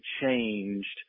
changed